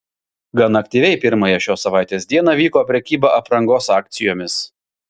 gan aktyviai pirmąją šios savaitės dieną vyko prekyba aprangos akcijomis